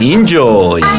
Enjoy